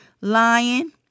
lying